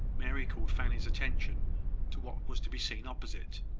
mary called fanny's attention to what was to be seen opposite.